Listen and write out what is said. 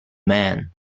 man